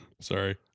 Sorry